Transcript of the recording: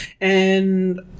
and-